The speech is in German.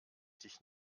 dich